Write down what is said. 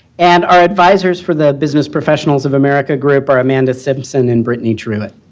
and our advisors for the business professionals of america group are amanda simpson and brittany truitt.